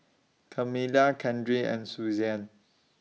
Kamila Keandre and Suzanne